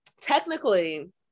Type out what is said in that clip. technically